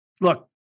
look